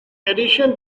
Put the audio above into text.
addition